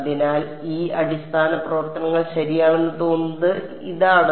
അതിനാൽ ഈ അടിസ്ഥാന പ്രവർത്തനങ്ങൾ ശരിയാണെന്ന് തോന്നുന്നത് ഇതാണ്